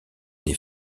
des